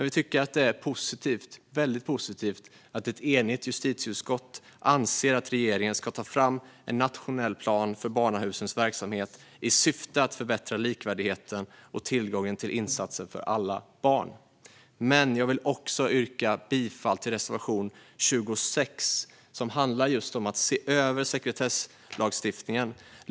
Vi tycker dock att det är väldigt positivt att ett enigt justitieutskott anser att regeringen ska ta fram en nationell plan för barnahusens verksamhet i syfte att förbättra likvärdigheten och tillgången till insatser för alla barn. Jag vill också yrka bifall till reservation 26 som just handlar om att se över sekretesslagstiftningen.